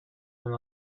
one